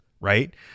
right